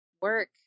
work